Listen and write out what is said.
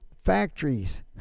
factories